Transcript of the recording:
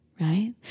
right